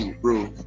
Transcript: Bro